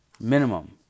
Minimum